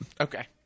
Okay